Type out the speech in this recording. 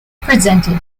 presented